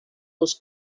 was